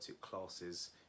classes